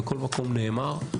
בכל מקום נאמר.